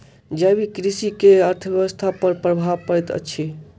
जैविक कृषि के अर्थव्यवस्था पर प्रभाव पड़ैत अछि